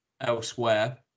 elsewhere